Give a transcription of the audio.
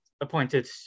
appointed